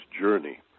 journey